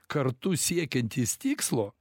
kartu siekiantys tikslo